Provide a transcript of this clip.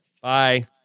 Bye